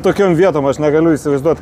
tokiom vietom aš negaliu įsivaizduot